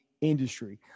industry